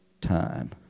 time